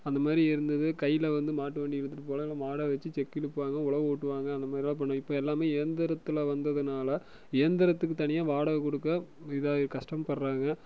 அந்த மாரி இருந்தது கையில் வந்து மாட்டுவண்டி இழுத்துகிட்டு போகலாம் இல்லை மாடை வச்சு செக்கு இழுப்பாங்க உழவு ஓட்டுவாங்க அந்த மாரி எல்லாம் பண்ணுவாங்க இப்போ எல்லாமே இயந்துரத்தில் வந்ததுனால இயந்துரத்துக்கு தனியாக வாடகை கொடுக்க இதாக கஷ்டப்படுறாங்க